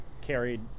carried